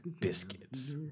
biscuits